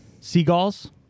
seagulls